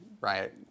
right